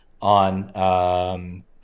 on